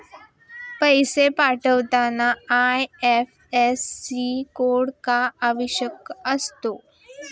पैसे पाठवताना IFSC code का आवश्यक असतो?